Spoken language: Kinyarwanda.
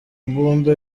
mbumbe